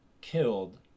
killed